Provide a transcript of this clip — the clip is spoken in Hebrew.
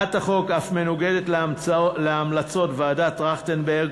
הצעת החוק אף מנוגדת להמלצות ועדת טרכטנברג,